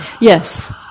Yes